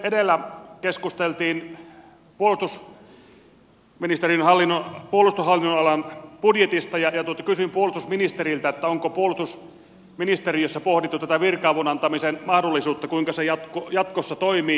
edellä keskusteltiin puolustushallinnonalan budjetista ja kysyin puolustusministeriltä onko puolustusministeriössä pohdittu virka avun antamisen mahdollisuutta kuinka se jatkossa toimii